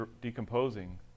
decomposing